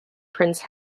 prince